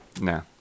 No